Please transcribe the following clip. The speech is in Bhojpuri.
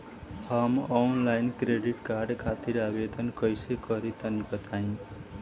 हम आनलाइन क्रेडिट कार्ड खातिर आवेदन कइसे करि तनि बताई?